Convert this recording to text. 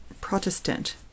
Protestant